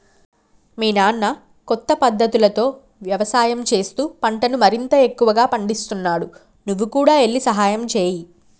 మీ నాన్న కొత్త పద్ధతులతో యవసాయం చేస్తూ పంటను మరింత ఎక్కువగా పందిస్తున్నాడు నువ్వు కూడా ఎల్లి సహాయంచేయి